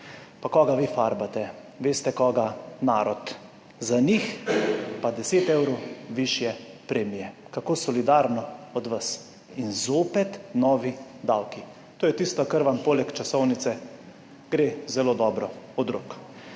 Pa koga vi farbate? Veste koga, narod. Za njih pa deset evrov višje premije, kako solidarno od vas. In zopet novi davki, to je tisto, kar vam poleg časovnice gre zelo dobro od rok.